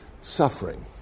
suffering